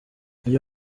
iyo